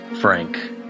Frank